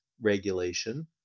regulation